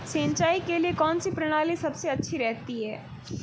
सिंचाई के लिए कौनसी प्रणाली सबसे अच्छी रहती है?